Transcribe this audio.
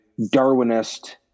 Darwinist